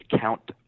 count